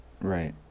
right